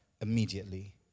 immediately